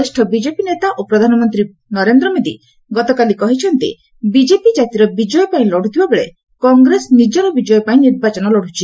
ବରିଷ୍ଣ ବିଜେପି ନେତା ଓ ପ୍ରଧାନମନ୍ତ୍ରୀ ନରେନ୍ଦ୍ର ମୋଦି ଗତକାଲି କହିଛନ୍ତି ବିଜେପି ଜାତିର ବିଜୟ ପାଇଁ ଲଢୁଥିବା ବେଳେ କଂଗ୍ରେସ ନିଜର ବିଜୟ ପାଇଁ ନିର୍ବାଚନ ଲଢୁଛି